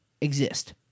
exist